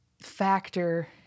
factor